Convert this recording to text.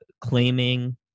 claiming